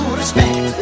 respect